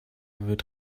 wird